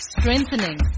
strengthening